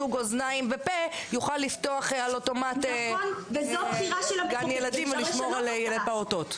זוג אוזניים ופה יוכל לפתוח על אוטומט גן ילדים או לשמור על פעוטות.